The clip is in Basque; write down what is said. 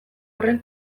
horren